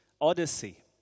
Odyssey